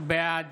בעד